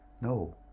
no